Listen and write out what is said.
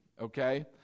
okay